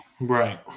Right